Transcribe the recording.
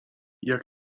jak